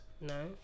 No